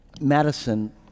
Madison